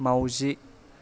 माउजि